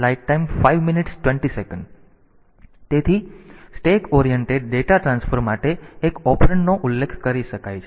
તેથી stack oriented data transfer માટે એક ઓપરેન્ડ નો ઉલ્લેખ કરી શકાય છે